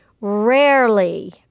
rarely